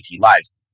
lives